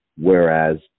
whereas